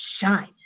Shine